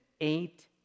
eight